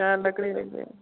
शैल लक्कड़ी देगे